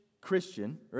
Christian